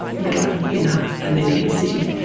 middle, inner, and then inner city,